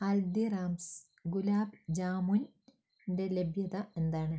ഹൽദിറാംസ് ഗുലാബ് ജാമുൻന്റെ ലഭ്യത എന്താണ്